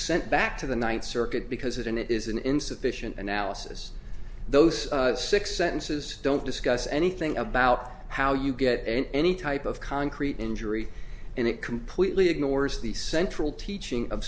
sent back to the ninth circuit because it and it is an insufficient analysis those six sentences don't discuss anything about how you get any type of concrete injury and it completely ignores the central teaching of